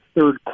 third